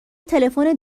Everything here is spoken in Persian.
تلفن